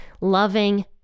loving